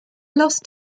lost